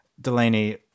delaney